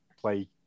play